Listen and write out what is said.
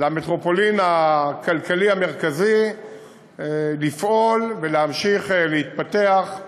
למטרופולין הכלכלית המרכזית לפעול ולהמשיך להתפתח,